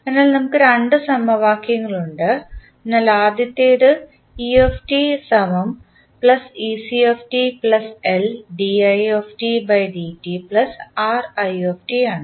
അതിനാൽ നമുക്ക് രണ്ട് സമവാക്യങ്ങളുണ്ട് അതിനാൽ ആദ്യത്തേത് ആണ്